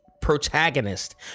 protagonist